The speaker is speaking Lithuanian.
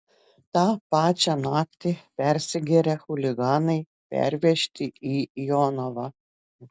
tą pačią naktį persigėrę chuliganai pervežti į jonavą